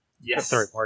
Yes